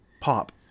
pop